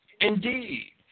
Indeed